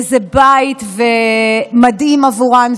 וזה בית מדהים בעבורן.